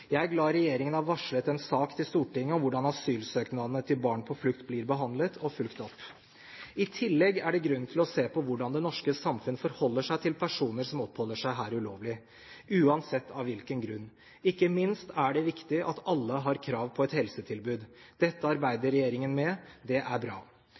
Jeg er glad regjeringen har varslet en sak til Stortinget om hvordan asylsøknadene til barn på flukt blir behandlet og fulgt opp. I tillegg er det grunn til å se på hvordan det norske samfunn forholder seg til personer som oppholder seg her ulovlig – uansett av hvilken grunn. Ikke minst er det viktig at alle har krav på et helsetilbud. Dette arbeider regjeringen med. Det er bra.